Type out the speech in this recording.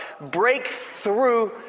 breakthrough